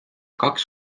kaks